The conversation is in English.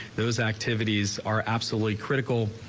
those activities are absolutely critical,